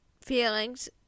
feelings